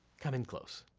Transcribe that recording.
come in close.